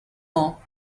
all